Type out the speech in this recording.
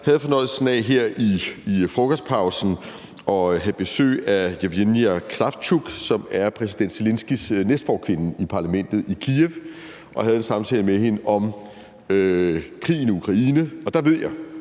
Jeg havde fornøjelsen af her i frokostpausen at have besøg af Jevhenija Kravtjuk, som er præsident Zelenskyjs næstforkvinde i parlamentet i Kyiv. Jeg havde en samtale med hende om krigen i Ukraine, og der ved jeg,